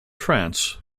france